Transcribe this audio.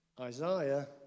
Isaiah